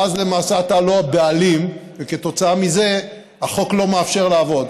ואז למעשה אתה לא הבעלים וכתוצאה מזה החוק לא מאפשר לעבוד.